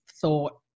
thought